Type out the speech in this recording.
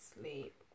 sleep